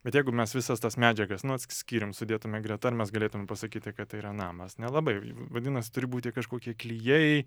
bet jeigu mes visas tas medžiagas nu ats skyrium sudėtume greta ar mes galėtume pasakyti kad tai yra namas nelabai vadinasi turi būti kažkokie klijai